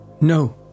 No